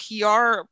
PR